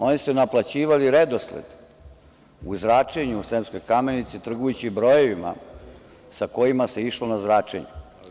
Oni su naplaćivali redosled u zračenju u Sremskoj Kamenici, trgujući brojevima sa kojima se išlo na zračenje.